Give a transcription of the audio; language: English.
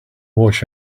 watch